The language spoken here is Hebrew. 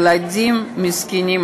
ילדים מסכנים.